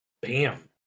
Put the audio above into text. Bam